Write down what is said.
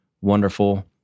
wonderful